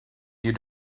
you